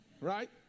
right